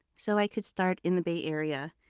so i could start in the bay area.